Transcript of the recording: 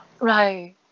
Right